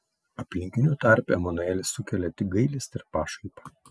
aplinkinių tarpe emanuelis sukelia tik gailestį ir pašaipą